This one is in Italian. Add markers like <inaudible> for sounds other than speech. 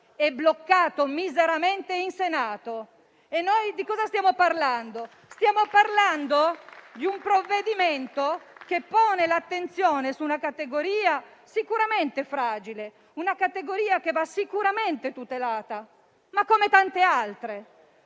e bloccato miseramente in Senato. Noi di cosa stiamo parlando? <applause> Stiamo parlando di un provvedimento che pone l'attenzione su una categoria sicuramente fragile e che va tutelata, ma come tante altre.